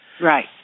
Right